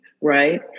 right